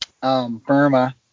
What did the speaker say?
Burma